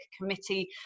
committee